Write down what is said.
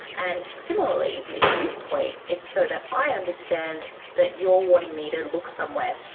and similarly, if you point it's so that i understand that you are wanting me to look somewhere.